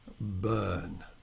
burn